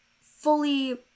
fully